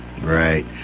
Right